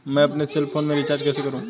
मैं अपने cell phone में रिचार्ज कैसे करूँ?